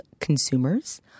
consumers